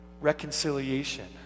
Reconciliation